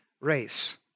race